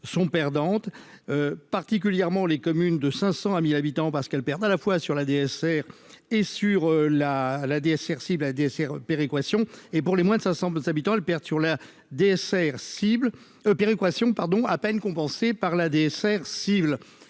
sont perdantes, particulièrement les communes de 500 à 1000 habitants, parce qu'elle permet à la fois sur la DSR et sur la la DSR cible ADC péréquation et pour les moins de ça semble habitants le père sur la DSR cible péréquation pardon à peine compensée par la DSR cible